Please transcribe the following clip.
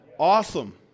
Awesome